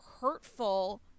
hurtful